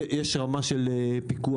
יש רמה של פיקוח.